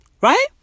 Right